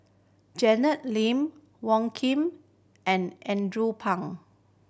Janet Lim Wong Keen and Andrew Phang